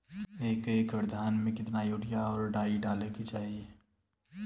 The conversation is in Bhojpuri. एक एकड़ धान में कितना यूरिया और डाई डाले के चाही?